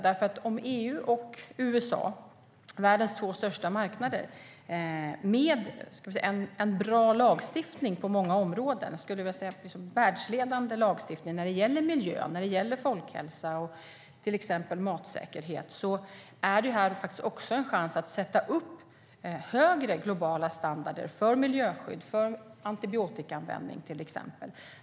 Det ger EU och USA, världens två största marknader med bra och världsledande lagstiftning vad gäller miljö, folkhälsa och matsäkerhet, en chans att sätta högre globala standarder för till exempel miljöskydd och antibiotikaanvändning.